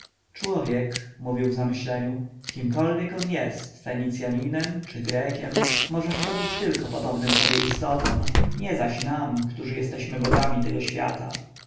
człowiek mówił w zamyśleniu kimkolwiek on jest fenicjaninem czy grekiem może szkodzić tylko podobnym sobie istotom ale nie nam którzy jesteśmy bogami tego świata